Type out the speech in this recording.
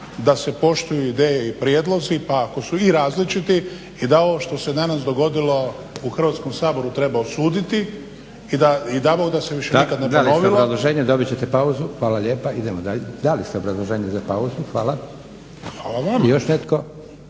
da se poštuju ideje i prijedlozi pa ako su i različiti i da ovo što se danas dogodilo u Hrvatskom saboru treba osuditi i dao Bog da se nikada više ne ponovilo. **Leko, Josip (SDP)** Dali ste obrazloženje, dobit ćete pauzu. Hvala lijepo, idemo dalje. Dali ste obrazloženje za pauzu. Hvala. **Šuker, Ivan